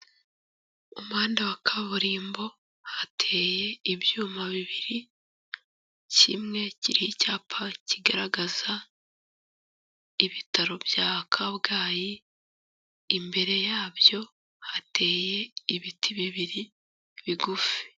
Umuhanda wa kaburimbo hateye ibyuma bibiri, kimwe kiriho icyapa kigaragaza ibitaro bya Kabgayi, imbere yabyo hateye ibiti bibiri bigufi.